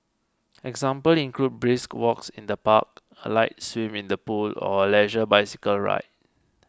examples include brisk walks in the park a light swim in the pool or a leisure bicycle ride